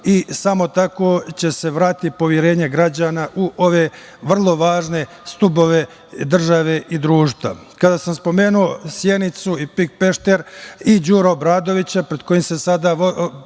Samo tako će se vratiti poverenje građana u ove vrlo važne stubove države i društva. Kada sam spomenuo Sjenicu i „PIK Pešter“ i Đuru Obradovića protiv koga se vode